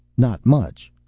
not much,